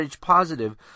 positive